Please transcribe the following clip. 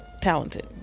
talented